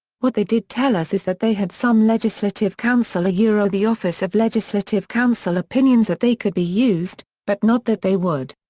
what they did tell us is that they had some legislative counsel ah ah the office of legislative counsel opinions that they could be used, but not that they would.